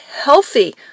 healthy